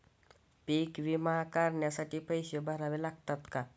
पीक विमा काढण्यासाठी पैसे भरावे लागतात का?